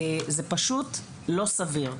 זה פשוט לא סביר.